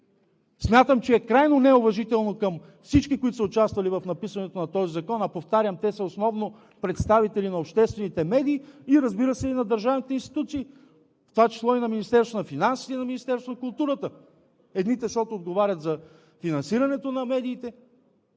Смятам, че е крайно неуважително към всички, участвали в написването на този закон, а, повтарям, те са основно представители на обществените медии, разбира се, и на държавните институции, в това число и на Министерството на финансите, и на Министерството на културата. Едните, защото отговарят за финансирането на медиите,